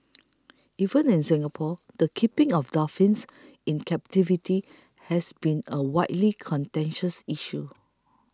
even in Singapore the keeping of dolphins in captivity has been a widely contentious issue